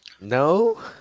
no